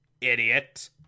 idiot